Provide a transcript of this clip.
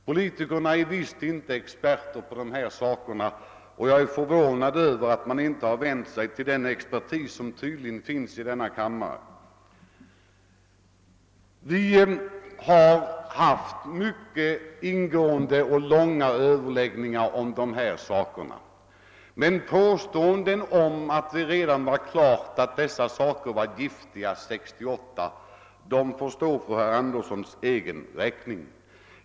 Politikerna är visst inte experter på dessa frågor, och jag är därför förvånad över att man inte har vänt sig till den expertis som tydligen finns i denna kammare. Vi har haft långa och mycket ingående överläggningar om dessa frågor. Påståendet att det redan 1968 var klart att dessa gifter var skadliga får stå för herr Anderssons räkning.